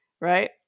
right